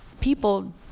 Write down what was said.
people